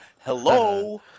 Hello